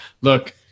look